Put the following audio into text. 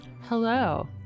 Hello